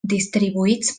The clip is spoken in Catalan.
distribuïts